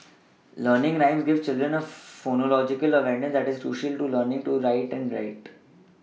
learning rhymes gives children a phonological awareness that is crucial to learning to write and read